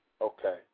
Okay